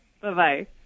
Bye-bye